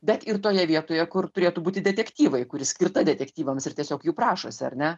bet ir toje vietoje kur turėtų būti detektyvai kuri skirta detektyvams ir tiesiog jų prašosi ar ne